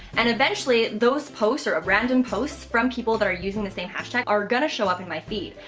and eventually those posts that are a random posts from people that are using the same hashtag, are going to show up in my feed.